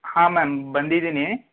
ಹಾಂ ಮ್ಯಾಮ್ ಬಂದಿದ್ದೀನಿ